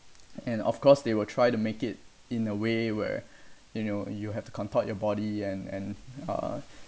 and of course they will try to make it in a way where you know you have to contort your body and and uh